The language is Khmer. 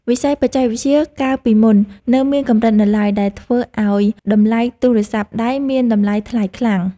វិស័យបច្ចេកវិទ្យាកាលពីមុននៅមានកម្រិតនៅឡើយដែលធ្វើឱ្យតម្លៃទូរស័ព្ទដៃមានតម្លៃថ្លៃខ្លាំង។